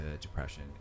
depression